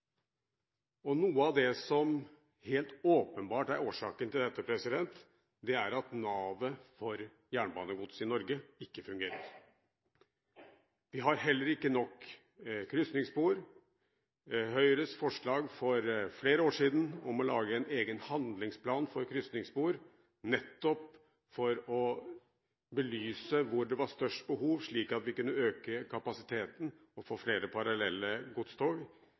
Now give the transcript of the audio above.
2002. Noe av det som helt åpenbart er årsaken til dette, er at navet for jernbanegodset i Norge ikke fungerer. Vi har heller ikke nok krysningsspor. Høyres forslag for flere år siden om å lage en egen handlingsplan for krysningsspor nettopp for å belyse hvor det var størst behov, slik at vi kunne øke kapasiteten og få flere parallelle godstog,